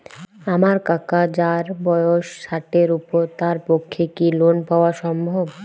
আমার কাকা যাঁর বয়স ষাটের উপর তাঁর পক্ষে কি লোন পাওয়া সম্ভব?